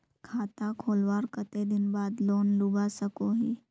खाता खोलवार कते दिन बाद लोन लुबा सकोहो ही?